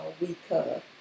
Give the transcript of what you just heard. weaker